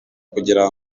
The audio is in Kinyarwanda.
kugira